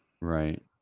Right